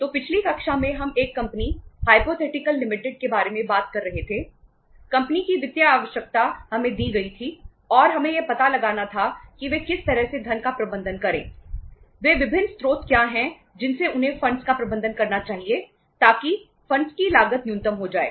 तो पिछली कक्षा में हम एक कंपनी हाइपोथेटिकल लिमिटेड की लागत न्यूनतम हो जाए